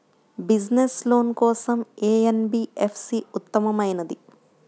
Business loan కోసం ఏ NBFC ఉత్తమమైనది?